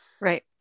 Right